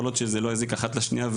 כל עוד שזה לא יזיק אחת לשנייה,